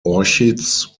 orchids